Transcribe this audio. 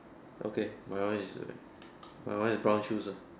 okay my one is my one is brown shoes ah